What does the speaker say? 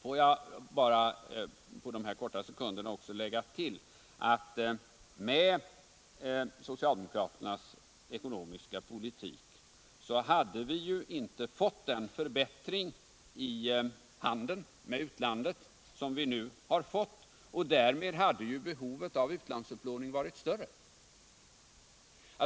Får jag bara på de här få sekunderna tillägga att med socialdemokraternas ekonomiska politik hade vi inte fått den förbättring i handeln med utlandet som vi nu har fått, och därmed hade ju behovet av utlandsupplåning varit större.